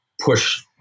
push